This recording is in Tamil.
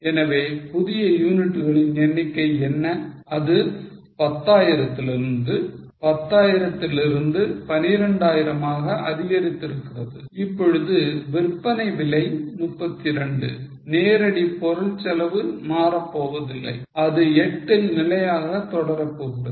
எனவே புதிய யூனிட்டுகளின் எண்ணிக்கை என்ன அது 10 ஆயிரத்திலிருந்து 12 ஆயிரமாக அதிகரித்திருக்கிறது இப்பொழுது விற்பனை விலை 32 நேரடி பொருள் செலவு மாறப்போவதில்லை அது 8 ல் நிலையாக தொடரப் போகிறது